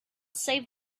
save